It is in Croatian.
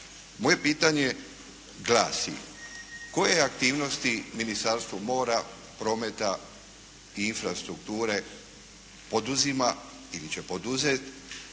Moje pitanje glasi: Koje aktivnosti Ministarstvo mora, prometa i infrastrukture poduzima ili će poduzeti